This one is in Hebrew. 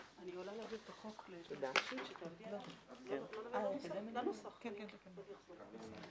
הישיבה ננעלה בשעה 08:52.